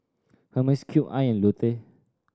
Hermes Cube I and Lotte